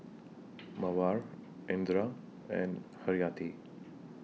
Mawar Indra and Haryati